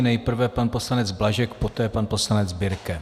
Nejprve pan poslanec Blažek, poté pan poslanec Birke.